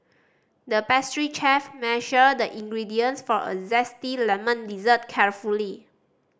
the pastry chef measured the ingredients for a zesty lemon dessert carefully